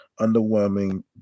underwhelming